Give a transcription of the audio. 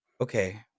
okay